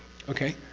okay?